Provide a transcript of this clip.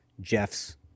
jeff's